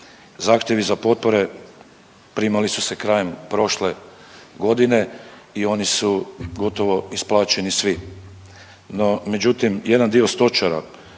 Zahtjevi za potpore primali su se krajem prošle godine i oni su gotovo isplaćeni svi.